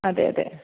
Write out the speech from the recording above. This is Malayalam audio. അതെ അതെ